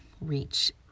reach